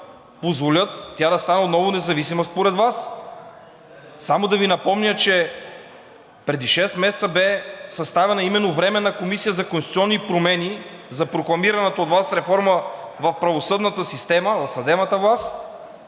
позволят тя да стане отново независима според Вас? Само да Ви напомня, че преди шест месеца бе съставена именно Временна комисия за конституционни промени за прокламираната от Вас реформа в правосъдната система, в съдебната власт